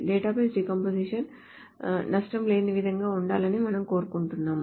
database decomposition నష్టం లేని విధంగా ఉండాలని మనం కోరుకుంటున్నాము